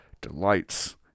delights